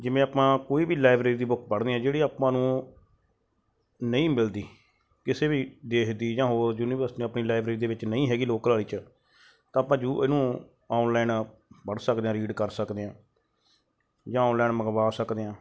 ਜਿਵੇਂ ਆਪਾਂ ਕੋਈ ਵੀ ਲਾਇਬਰੇਰੀ ਦੀ ਬੁੱਕ ਪੜਦੇ ਆ ਜਿਹੜੇ ਆਪਾਂ ਨੂੰ ਨਹੀਂ ਮਿਲਦੀ ਕਿਸੇ ਵੀ ਦੇਸ਼ ਦੀ ਜਾਂ ਹੋਰ ਯੂਨੀਵਰਸਟੀ ਆਪਣੀ ਲਾਈਬ੍ਰੇਰੀ ਦੇ ਵਿੱਚ ਨਹੀਂ ਹੈਗੀ ਲੋਕਲ ਵਾਲੀ 'ਚ ਤਾਂ ਆਪਾਂ ਯੂ ਇਹਨੂੰ ਔਨਲਾਈਨ ਪੜ ਸਕਦੇ ਆ ਰੀਡ ਕਰ ਸਕਦੇ ਆਂ ਜਾਂ ਔਨਲਾਈਨ ਮੰਗਵਾ ਸਕਦੇ ਆ